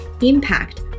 impact